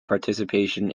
participation